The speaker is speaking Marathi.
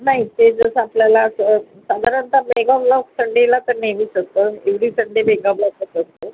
नाही ते दिवस आपल्याला साधारणत मेगाब्लॉक संडेला तर नेहमीच असतो एरवी संडे मेगाब्लॉकच असतो